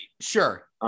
Sure